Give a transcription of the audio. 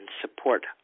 support